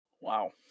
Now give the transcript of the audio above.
Wow